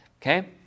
Okay